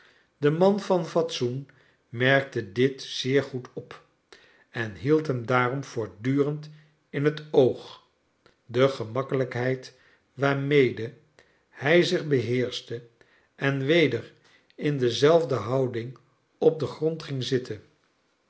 de man van fatsoen merkte dit zcer goad op en hield hem daarom voortdurend in het oog de gemakelijkheid waarmede hij zich beheerschte en weder in dezelfde houding op den grond ging zitten